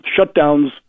shutdowns